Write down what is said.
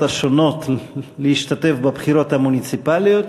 השונות להשתתף בבחירות המוניציפליות,